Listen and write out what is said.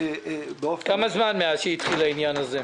באופן --- כמה זמן מאז שהתחיל העניין הזה?